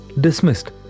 dismissed